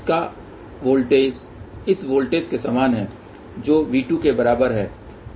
उसका वोल्टेज इस वोल्टेज के समान है जो V2 के बराबर है